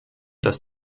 dass